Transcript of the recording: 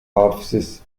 offices